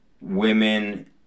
women